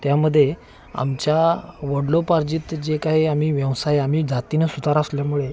त्यामध्ये आमच्या वडिलोपार्जित जे काही आम्ही व्यवसाय आम्ही जातीनं सुतार असल्यामुळे